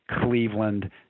Cleveland